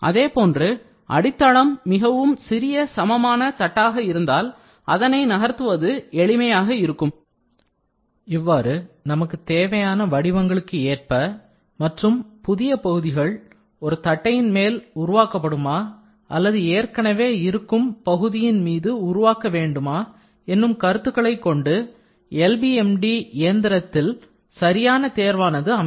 அதேபோன்று அடித்தளம் மிகவும் சிறிய சமமான தட்டாக இருந்தால் அதனை நகர்த்துவது எளிமையாக இருக்கும் இவ்வாறு நமக்குத் தேவையான வடிவங்களுக்கு ஏற்ப அல்லது புதிய பகுதிகள் ஒரு கட்டையின் மேல் உருவாக்கப்படுமா அல்லது ஏற்கனவே இருக்கும் பகுதியின் மீது உருவாக்கப்பட வேண்டுமா என்னும் கருத்துக்களைக் கொண்டு LBMD இயந்திரத்தில் சரியான தேர்வானது அமையும்